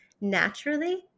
naturally